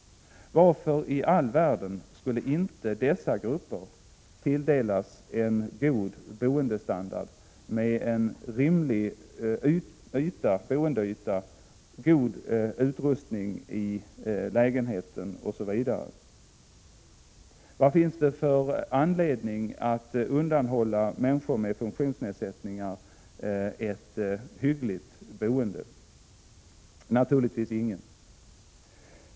Varför i all världen skulle dessa grupper inte tilldelas en god boendestandard med rimlig boendeyta, god utrustning i lägenheten osv.? Vad finns det för anledning att undanhålla människor med funktionsnedsättningar ett hyggligt boende? Naturligtvis ingen.